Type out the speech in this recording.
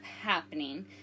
happening